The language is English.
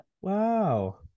Wow